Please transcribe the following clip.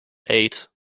eight